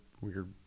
weird